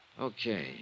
Okay